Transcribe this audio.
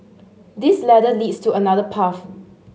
this ladder leads to another path